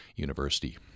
University